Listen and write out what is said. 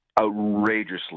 Outrageously